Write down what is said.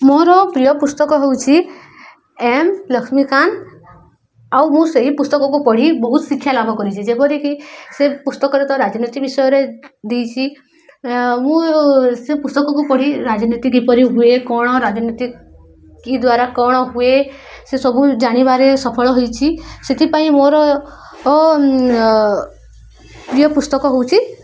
ମୋର ପ୍ରିୟ ପୁସ୍ତକ ହେଉଛି ଏମ୍ ଲକ୍ଷ୍ମୀକାନ୍ତ ଆଉ ମୁଁ ସେହି ପୁସ୍ତକକୁ ପଢ଼ି ବହୁତ ଶିକ୍ଷା ଲାଭ କରିଛି ଯେପରିକି ସେ ପୁସ୍ତକରେ ତ ରାଜନୀତି ବିଷୟରେ ଦେଇଛି ମୁଁ ସେ ପୁସ୍ତକକୁ ପଢ଼ି ରାଜନୀତି କିପରି ହୁଏ କଣ ରାଜନୀତିକ ଦ୍ୱାରା କ'ଣ ହୁଏ ସେ ସବୁ ଜାଣିବାରେ ସଫଳ ହେଇଛି ସେଥିପାଇଁ ମୋର ପ୍ରିୟ ପୁସ୍ତକ ହେଉଛି